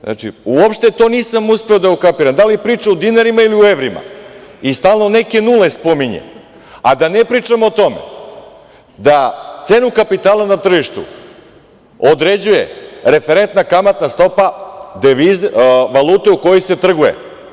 Znači, uopšte to nisam uspeo da ukapiram, da li priča o dinarima ili o evrima i stalno neke nule spominje, a da ne pričam o tome da cenu kapitala na tržištu određuje referentna kamatna stopa valute u kojoj se trguje.